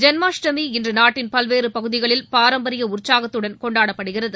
ஜென்மாஸ்டமி இன்று நாட்டின் பல்வேறு பகுதிகளில் பாரம்பரிய உற்சாகத்துடன் கொண்டாடப்படுகிறது